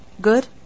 good